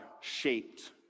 shaped